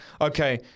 okay